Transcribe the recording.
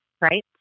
Right